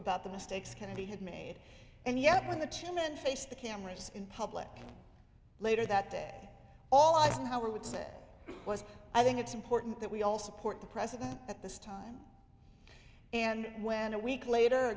about the mistakes kennedy had made and yet when the two men face the cameras in public later that day all eisenhower would say was i think it's important that we all support the president at this time and when a week later